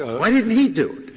ah why didn't he do